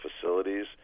facilities